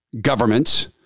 governments